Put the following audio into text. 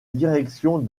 direction